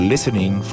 Listening